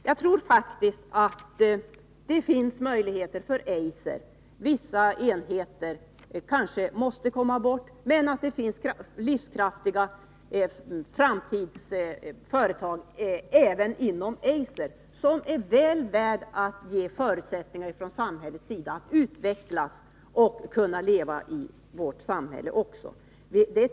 Jag tror faktiskt att det finns — även om vissa enheter kanske måste bort — livskraftiga framtidsföretag även inom Eiserkoncernen som det är väl värt att ge stöd från samhällets sida för att dessa skall kunna utvecklas och leva vidare.